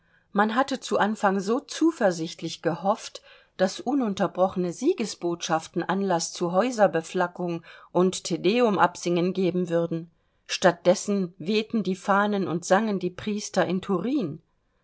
man hatte zu anfang so zuversichtlich gehofft daß ununterbrochene siegesbotschaften anlaß zu häuserbeflaggung und te deum absingen geben würden statt dessen wehten die fahnen und sangen die priester in turin